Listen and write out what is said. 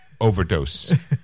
overdose